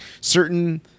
certain